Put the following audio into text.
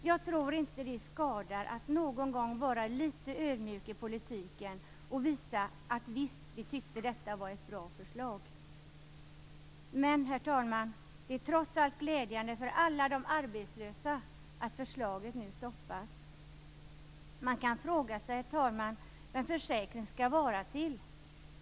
Jag tror inte att det skadar att någon gång vara litet ödmjuk i politiken och visa: Visst, vi tyckte detta var ett bra förslag. Men, herr talman, det är trots allt glädjande för alla arbetslösa att förslaget nu stoppas. Man kan fråga sig, herr talman, vad en försäkring skall vara till för.